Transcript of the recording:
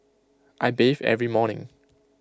I bathe every morning